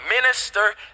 minister